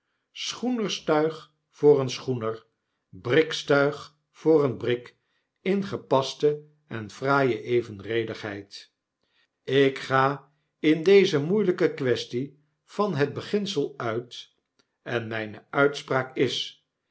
schoenerstuig voor een schoener brikstuig voor een brik in gepaste en fraaie evenredigheid ik ga in deze moeielyke quaestie van dat beginsel uit en myne uitspraak is